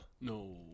No